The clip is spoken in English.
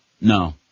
No